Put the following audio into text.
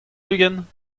ugent